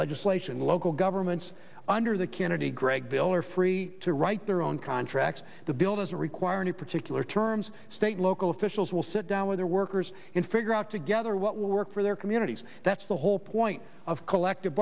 legislation local governments under the community greg bill are free to write their own contracts the bill doesn't require any particular terms state local officials will sit down with their workers in figure out together what will work for their communities that's the whole point of collective